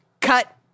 cut